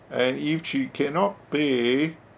and if she cannot pay